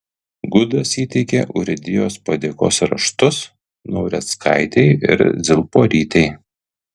gudas įteikė urėdijos padėkos raštus naureckaitei ir zilporytei